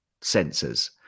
sensors